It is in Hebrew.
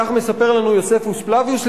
כך מספר לנו יוספוס פלביוס,